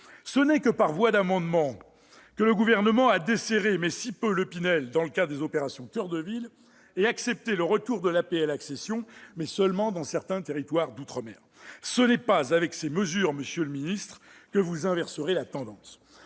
Ce n'est que par voie d'amendement que le Gouvernement a desserré- mais si peu -le dispositif Pinel dans le cadre des opérations Coeur de ville et accepté le retour de l'APL accession, mais seulement dans certains territoires d'outre-mer. Ce n'est pas avec ces mesures, monsieur le secrétaire d'État, que vous inverserez la tendance.